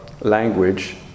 language